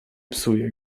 psuję